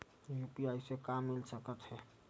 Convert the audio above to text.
UPI से का मिल सकत हे?